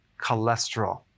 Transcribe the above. cholesterol